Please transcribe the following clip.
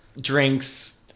drinks